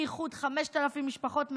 מאיחוד 5,000 משפחות מעזה,